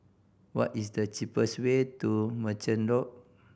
what is the cheapest way to Merchant Loop